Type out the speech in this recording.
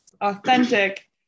authentic